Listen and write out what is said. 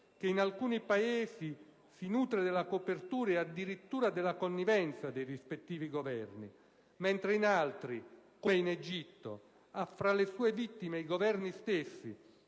che in alcuni Paesi si nutre della copertura e addirittura della connivenza dei rispettivi Governi, mentre in altri - come in Egitto - ha fra le sue vittime i Governi stessi